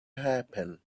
happen